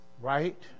Right